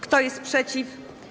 Kto jest przeciw?